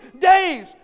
days